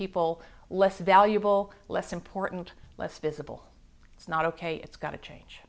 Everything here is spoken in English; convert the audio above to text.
people less valuable less important less visible it's not ok it's got to change